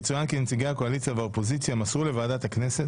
יצוין כי נציגי הקואליציה והאופוזיציה מסרו לוועדת הכנסת,